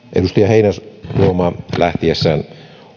edustaja heinäluoma lähtiessään